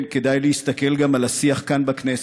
כן, כדאי להסתכל גם על השיח כאן בכנסת.